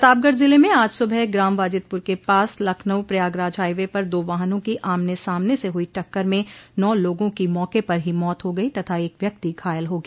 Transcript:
प्रतापगढ़ जिले में आज सुबह ग्राम वाजिदपुर के पास लखनऊ प्रयागराज हाइवे पर दो वाहनों की आमने सामने से हुई टक्कर में नौ लोगों की मौके पर ही मौत हो गयी तथा एक व्यक्ति घायल हो गया